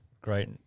Great